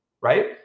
right